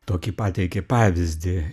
tokį pateikė pavyzdį